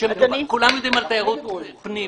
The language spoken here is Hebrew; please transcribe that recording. כולם יודעים על תיירות פנים,